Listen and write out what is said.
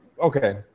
Okay